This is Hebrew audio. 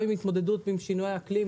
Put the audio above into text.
עיסוק בשינויי אקלים,